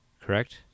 correct